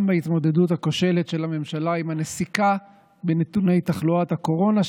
גם בהתמודדות הכושלת של הממשלה עם הנסיקה בנתוני תחלואת הקורונה,